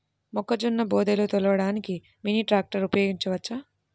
మొక్కజొన్న బోదెలు తోలడానికి మినీ ట్రాక్టర్ ఉపయోగించవచ్చా?